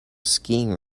skiing